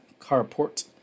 carport